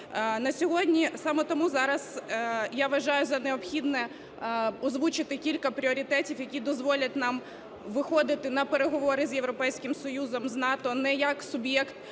На сьогодні… Саме тому зараз я вважаю за необхідне озвучити кілька пріоритетів, які дозволять нам виходити на переговори з Європейським Союзом, з НАТО не як суб'єкт